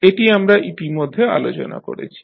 এটি আমরা ইতিমধ্যে আলোচনা করেছি